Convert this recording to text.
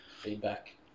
Feedback